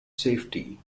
safety